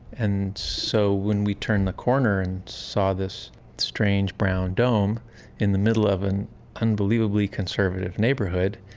and so when we turned the corner and saw this strange brown dome in the middle of an unbelievably conservative neighborhood,